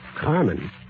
Carmen